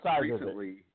recently